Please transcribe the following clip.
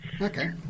Okay